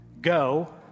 Go